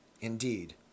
Indeed